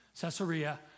Caesarea